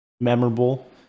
memorable